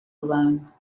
alone